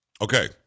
Okay